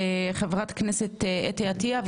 חברת הכנסת אתי עטייה,